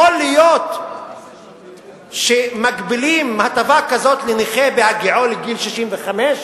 יכול להיות שמגבילים הטבה כזאת לנכה בהגיעו לגיל 65?